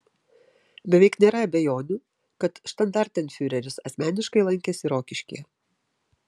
beveik nėra abejonių kad štandartenfiureris asmeniškai lankėsi rokiškyje